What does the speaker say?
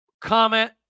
comment